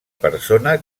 persona